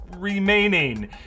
remaining